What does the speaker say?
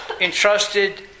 entrusted